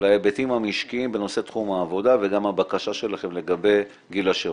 להיבטים המשקיים בנושא תחום העבודה וגם הבקשה שלכם לגבי גיל השירות.